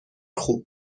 خوب